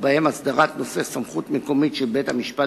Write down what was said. ובהם הסדרת נושא סמכות מקומית של בית-המשפט